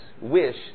wish